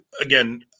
Again